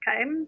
Okay